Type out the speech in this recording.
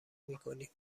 میکنیم